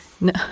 No